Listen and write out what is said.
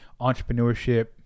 entrepreneurship